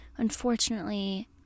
unfortunately